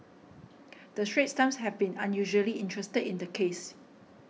the Straits Times have been unusually interested in the case